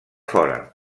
fora